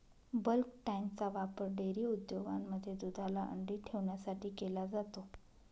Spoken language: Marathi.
बल्क टँकचा वापर डेअरी उद्योगांमध्ये दुधाला थंडी ठेवण्यासाठी केला जातो